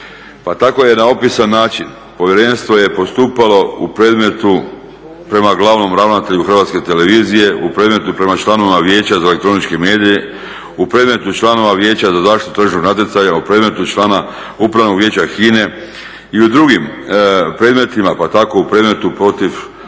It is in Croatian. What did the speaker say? tako je na opisan način povjerenstvo je postupalo u predmetu prema glavnom ravnatelju Hrvatske televizije, u predmetu prema članovima Vijeća za elektroničke medije, u predmetu članova Vijeća za zaštitu tržišnog natječaja, u predmetu člana Upravnog vijeća HINA-e i u drugim predmetima pa tako u predmetu protiv ministra